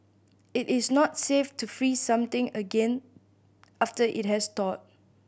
it is not safe to freeze something again after it has thawed